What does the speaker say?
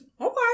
Okay